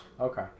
Okay